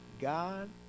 God